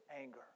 anger